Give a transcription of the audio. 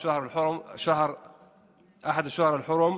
אני אגיד לכם את זה בצורה הכי פשוטה: